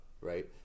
right